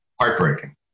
Heartbreaking